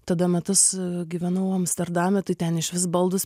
tada metus gyvenau amsterdame tai ten išvis baldus